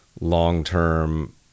long-term